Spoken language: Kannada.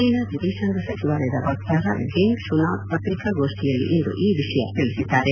ಚ್ಯೆನಾ ವಿದೇತಾಂಗ ಸಚಿವಾಲಯದ ವಕ್ತಾರ ಗೆಂಗ್ ಶುನಾಗ್ ಪತ್ರಿಕಾಗೋಷ್ಠಿಯಲ್ಲಿಂದು ಈ ವಿಷಯ ತಿಳಿಸಿದ್ದಾರೆ